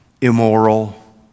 immoral